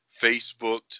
Facebooked